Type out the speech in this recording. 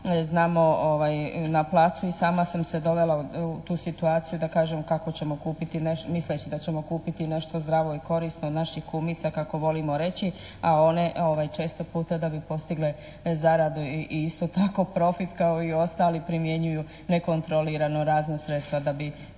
znamo na placu i sama sam se dovela u tu situaciju da kažem kako ćemo kupiti, misleći da ćemo kupiti nešto zdravo i korisno od naših kumica kako volimo reći, a one često puta da bi postigle zaradu i isto tako profit kao i ostali primjenjuju nekontrolirano razna sredstva da bi